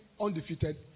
undefeated